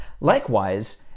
Likewise